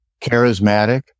charismatic